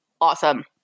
awesome